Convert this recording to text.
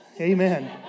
Amen